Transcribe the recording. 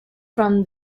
from